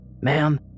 Ma'am